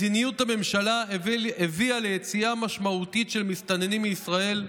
מדיניות הממשלה הביאה ליציאה משמעותית של מסתננים מישראל,